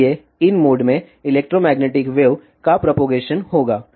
इसलिए इन मोड में इलेक्ट्रोमैग्नेटिक वेव का प्रोपागेशन होगा